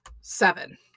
Seven